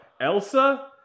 Elsa